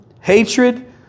hatred